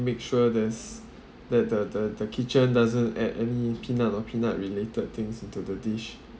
make sure there's that the the the kitchen doesn't add any peanuts or peanut related things into the dish